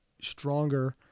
stronger